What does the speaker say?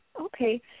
Okay